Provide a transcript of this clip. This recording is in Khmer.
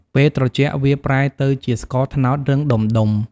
ពេលត្រជាក់ វាប្រែទៅជាស្ករត្នោតរឹងដំុៗ។